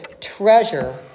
treasure